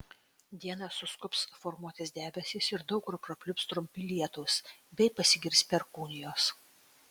dieną suskubs formuotis debesys ir daug kur prapliups trumpi lietūs bei pasigirs perkūnijos